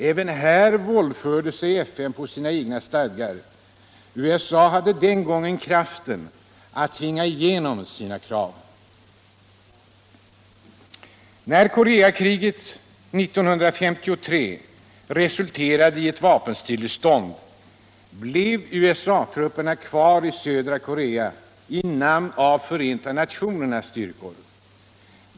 Även här våldförde sig FN på sina egna stadgar. USA hade den gången kraften att tvinga igenom sina krav. När Koreakriget 1953 resulterade i ett vapenstillestånd blev USA-trupperna kvar i södra Korea i namn av ”Förenta nationernas styrkor”.